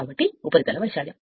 కాబట్టి ఉపరితల వైశాల్యం